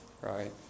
Right